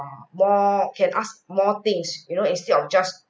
more can ask more things you know instead of just